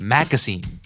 Magazine